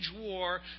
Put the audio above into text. war